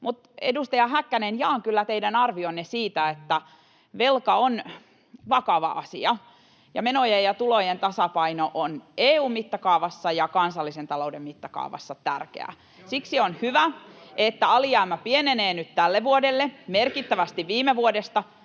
Edustaja Häkkänen, jaan kyllä teidän arvionne siitä, että velka on vakava asia ja menojen ja tulojen tasapaino on EU:n mittakaavassa ja kansallisen talouden mittakaavassa tärkeää. Siksi on hyvä, että alijäämä pienenee nyt tälle vuodelle merkittävästi viime vuodesta,